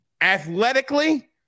athletically